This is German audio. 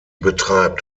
betreibt